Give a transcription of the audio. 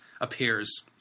appears